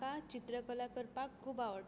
म्हका चित्रकला करपाक खूब आवडटा